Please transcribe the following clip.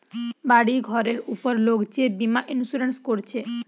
বাড়ি ঘরের উপর লোক যে বীমা ইন্সুরেন্স কোরছে